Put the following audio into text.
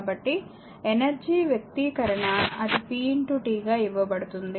కాబట్టి ఎనర్జీ వ్యక్తీకరణ అది p t గా ఇవ్వబడుతుంది